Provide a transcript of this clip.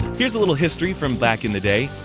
here is a little history from back in the day.